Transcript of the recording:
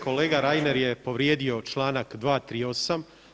Kolega Reiner je povrijedio članak 238.